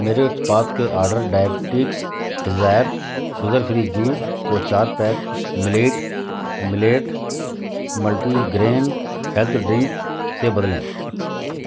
मेरे उत्पाद के order diabetics desire sugar free juice को चार pack millet millet multigrain health drink से बदलें